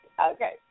okay